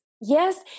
yes